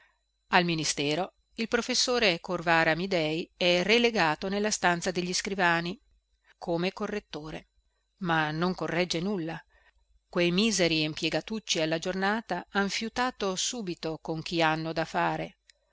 al ministero il professore corvara amidei è relegato nella stanza degli scrivani come correttore ma non corregge nulla quei miseri impiegatucci alla giornata han fiutato subito con chi hanno da fare